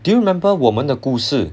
do you remember 我们的故事